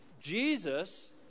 Jesus